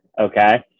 Okay